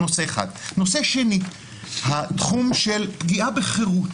נושא שני הוא התחום של הפגיעה בחירות